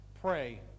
pray